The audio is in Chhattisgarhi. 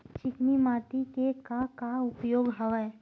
चिकनी माटी के का का उपयोग हवय?